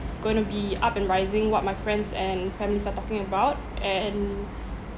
going to be up and rising what my friends and families are talking about and